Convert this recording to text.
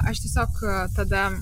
aš tiesiog tada